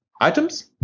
items